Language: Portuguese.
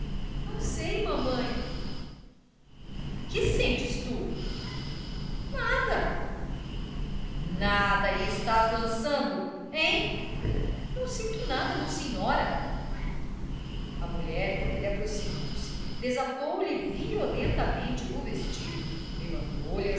não sei mamãe que sentes tu nada nada e estás lançando hein não sinto nada não senhora a mulata velha aproximou-se desatou lhe violentamente o vestido levantou lhe